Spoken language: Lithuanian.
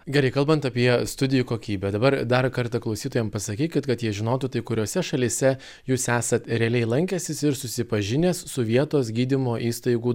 gerai kalbant apie studijų kokybę dabar dar kartą klausytojam pasakykit kad jie žinotų tai kuriose šalyse jūs esat realiai lankęsis ir susipažinęs su vietos gydymo įstaigų